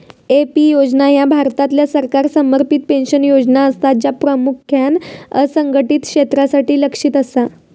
AP योजना ह्या भारतातल्या सरकार समर्थित पेन्शन योजना असा, ज्या प्रामुख्यान असंघटित क्षेत्रासाठी लक्ष्यित असा